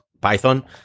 Python